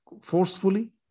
forcefully